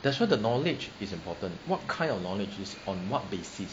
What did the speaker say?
that's why the knowledge is important what kind of knowledge is on what basis